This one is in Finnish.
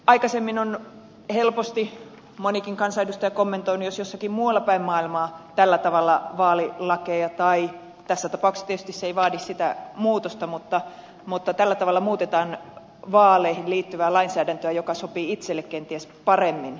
aikaisemmin on helposti monikin kansanedustaja kommentoinut jos jossakin muualla päin maailmaa tällä tavalla muutetaan vaalilakeja tässä tapauksessa se ei tietysti vaadi sitä muutosta perustuslakiin tai vaaleihin liittyvää lainsäädäntöä joka sopii itselle kenties paremmin